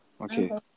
Okay